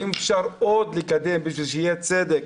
האם אפשר עוד לקדם כדי שיהיה צדק,